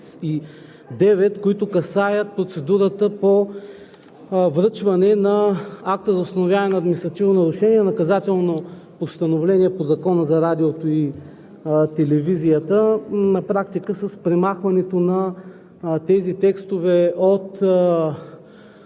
които касаят процедурата по връчване на акта за установяване на административно нарушение – наказателно постановление по Закона за радиото и телевизията, на практика с премахването на тези текстове от